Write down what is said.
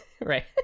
Right